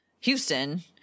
Houston